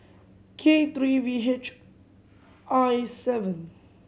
K three V H I seven